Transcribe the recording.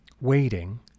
waiting